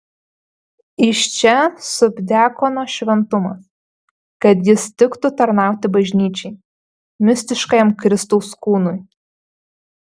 iš čia subdiakono šventumas kad jis tiktų tarnauti bažnyčiai mistiškajam kristaus kūnui